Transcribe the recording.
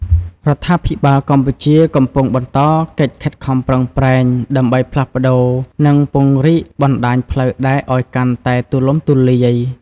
រដ្ឋាភិបាលកម្ពុជាកំពុងបន្តកិច្ចខិតខំប្រឹងប្រែងដើម្បីផ្លាស់ប្តូរនិងពង្រីកបណ្តាញផ្លូវដែកឱ្យកាន់តែទូលំទូលាយ។